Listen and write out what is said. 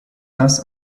das